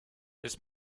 this